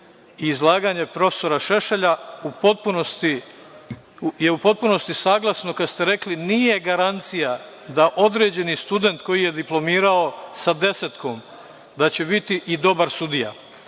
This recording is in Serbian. i izlaganje profesora Šešelja u potpunosti saglasno, kad ste rekli - nije garancija da će određeni student koji je diplomirao sa desetkom biti i dobar sudija.